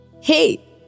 Hey